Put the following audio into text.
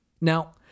Now